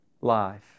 life